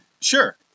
Sure